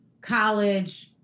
college